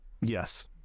yes